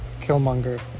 Killmonger